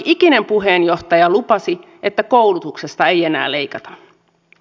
jokikinen puheenjohtaja lupasi että koulutuksesta ei enää leikata